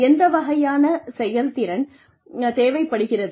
எந்த வகையான செயல்திறன் தேவைப்படுகிறது